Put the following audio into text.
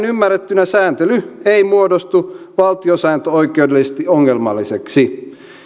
ymmärrettynä sääntely ei muodostu valtiosääntöoikeudellisesti ongelmalliseksi